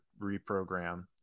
reprogram